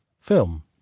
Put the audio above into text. film